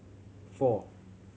four